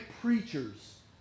preachers